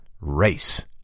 race